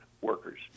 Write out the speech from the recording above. workers